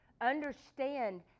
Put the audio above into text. understand